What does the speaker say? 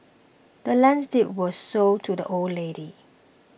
the land's deed was sold to the old lady